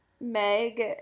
Meg